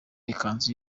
ikanzu